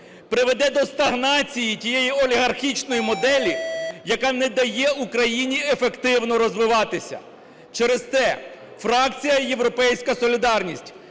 приведе до стагнації тієї олігархічної моделі, яка не дає Україні ефективно розвиватися. Через те фракція "Європейська солідарність"